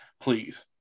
Please